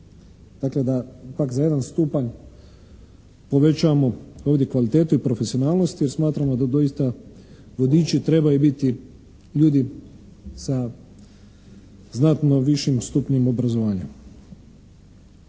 Dakle, da prag za jedan stupanj povećamo ovdje kvalitetu i profesionalnost jer smatramo da doista vodiči trebaju biti ljudi sa znatno višim stupnjem obrazovanja.